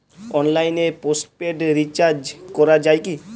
অনলাইনে postpaid recharge করা যায় কি?